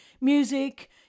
music